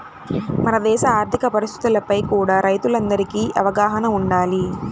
మన దేశ ఆర్ధిక పరిస్థితులపై కూడా రైతులందరికీ అవగాహన వుండాలి